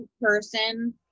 person